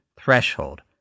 threshold